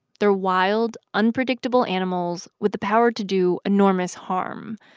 they're wild, unpredictable animals with the power to do enormous harm.